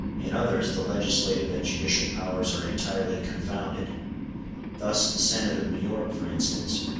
in others the legislative and judicial powers are entirely confounded thus the senate of new york, for instance,